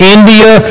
India